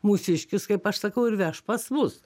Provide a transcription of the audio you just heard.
mūsiškis kaip aš sakau ir veš pas mus